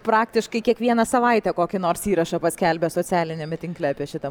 praktiškai kiekvieną savaitę kokį nors įrašą paskelbia socialiniame tinkle apie šitą